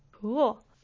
Cool